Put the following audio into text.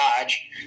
Dodge